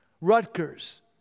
Rutgers